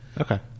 Okay